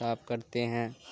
صاف کرتے ہیں